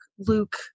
luke